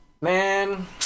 Man